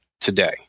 today